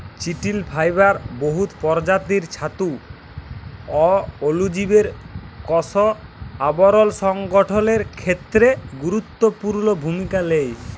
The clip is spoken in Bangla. চিটিল ফাইবার বহুত পরজাতির ছাতু অ অলুজীবের কষ আবরল সংগঠলের খ্যেত্রে গুরুত্তপুর্ল ভূমিকা লেই